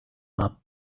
map